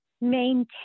maintain